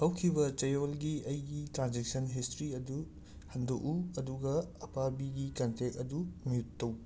ꯍꯧꯈꯤꯕ ꯆꯌꯣꯜꯒꯤ ꯑꯩꯒꯤ ꯇ꯭ꯔꯥꯟꯖꯦꯛꯁꯟ ꯍꯤꯁꯇ꯭ꯔꯤ ꯑꯗꯨ ꯍꯟꯗꯣꯛꯎ ꯑꯗꯨꯒ ꯑꯄꯥꯕꯤꯒꯤ ꯀꯟꯇꯦꯛ ꯑꯗꯨ ꯃ꯭ꯌꯨꯠ ꯇꯧ